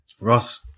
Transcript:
Ross